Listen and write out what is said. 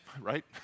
right